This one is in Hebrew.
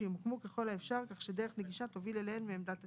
שימוקמו ככל האפשר כך שדרך נגישה תוביל אליהן מעמדת הטיפול: